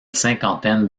cinquantaine